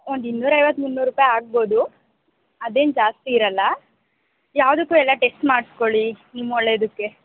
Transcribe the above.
ಒಂದು ಇನ್ನೂರೈವತ್ತು ಮುನ್ನೂರು ರೂಪಾಯಿ ಆಗ್ಬೋದು ಅದೇನು ಜಾಸ್ತಿ ಇರೋಲ್ಲ ಯಾವುದಕ್ಕೂ ಎಲ್ಲ ಟೆಸ್ಟ್ ಮಾಡ್ಸ್ಕೊಳ್ಳಿ ನಿಮ್ಮೊಳ್ಳೇದಕ್ಕೆ